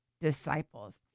disciples